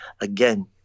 Again